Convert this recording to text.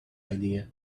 idea